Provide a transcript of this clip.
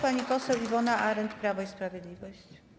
Pani poseł Iwona Arent, Prawo i Sprawiedliwość.